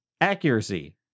accuracy